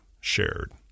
shared